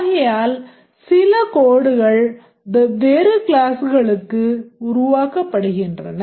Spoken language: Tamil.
ஆகையால் சில codeடுகள் வெவ்வேறு classகளுக்கு உருவாக்கப்படுகின்றன